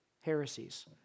heresies